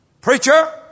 Preacher